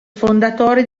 fondatore